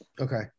Okay